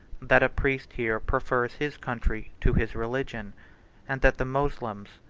that a priest here prefers his country to his religion and that the moslems,